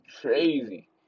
crazy